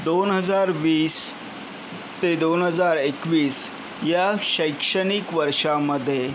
दोन हजार वीस ते दोन हजार एकवीस या शैक्षणिक वर्षामध्ये